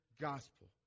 gospel